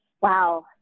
wow